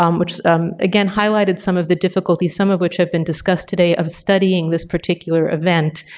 um which um again highlighted some of the difficulties, some of which have been discussed today of studying this particular event.